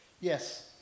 yes